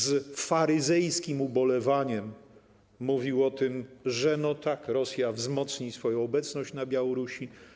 Z faryzejskim ubolewaniem mówił, że tak, Rosja wzmocni swoją obecność na Białorusi.